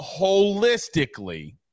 holistically